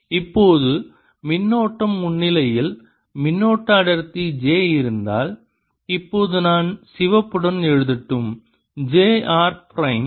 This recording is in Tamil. இப்போது மின்னோட்டம் முன்னிலையில் மின்னோட்ட அடர்த்தி j இருந்தால் இப்போது நான் சிவப்புடன் எழுதட்டும் j r பிரைம்